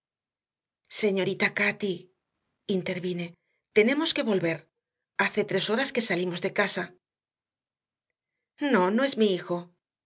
señorita cati intervine tenemos que volver hace tres horas que salimos de casa no no es mi hijo